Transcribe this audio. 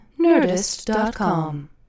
Nerdist.com